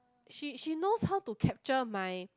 she she knows how to capture my